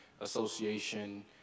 Association